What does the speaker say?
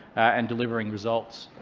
and delivering results.